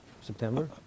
September